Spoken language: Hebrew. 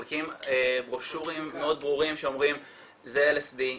מחלקים ברושורים מאוד ברורים שאומרים "זה LSD,